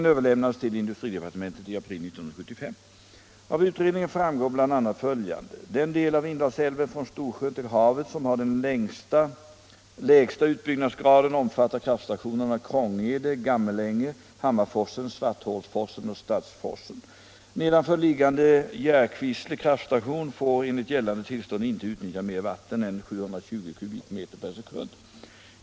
Av utredningen framgår bl.a. följande. Den del av Indalsälven från Storsjön till havet som har den lägsta utbyggnadsgraden omfattar kraftstationerna Krångede, Gammelänge, Hammarforsen, Svarthålsforsen och Stadsforsen. Nedanför liggande Järkvissle kraftstation får enligt gällande tillstånd inte utnyttja mer vatten än 720 m/s.